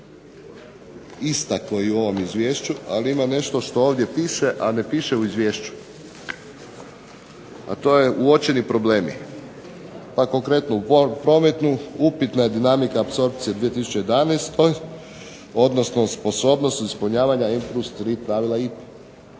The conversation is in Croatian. ista kao i u ovom izvješću, ali ima nešto što ovdje piše, a ne piše u izvješću, a to je uočeni problemi. Pa konkretno u prometu upitna je dinamika apsorpcije 2011., odnosno sposobnost ispunjavanja …/Govornik se